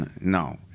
no